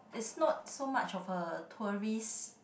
it's not so much of a tourist